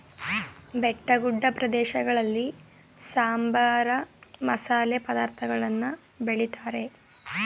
ಬೆಟ್ಟಗುಡ್ಡ ಪ್ರದೇಶಗಳಲ್ಲಿ ಸಾಂಬಾರ, ಮಸಾಲೆ ಪದಾರ್ಥಗಳನ್ನು ಬೆಳಿತಾರೆ